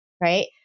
right